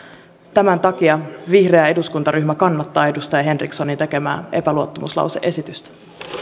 tämän takia vihreä eduskuntaryhmä kannattaa edustaja henrikssonin tekemää epäluottamuslause esitystä